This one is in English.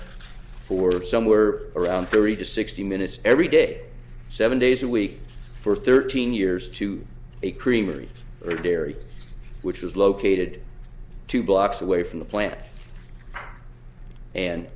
for somewhere around thirty to sixty minutes every day seven days a week for thirteen years to a creamery or dairy which was located two blocks away from the plant and